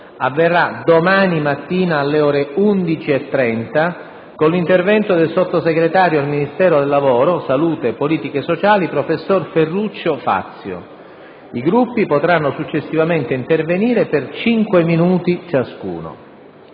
avverrà domani mattina alle ore 11,30, con l'intervento del Sottosegretario di Stato per il lavoro, la salute e le politiche sociali, professor Ferruccio Fazio. I Gruppi potranno successivamente intervenire per cinque minuti ciascuno.